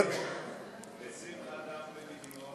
ושמחה דמרי מדימונה,